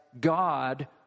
God